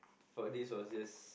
for this was just